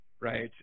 Right